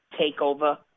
takeover